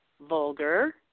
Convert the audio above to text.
vulgar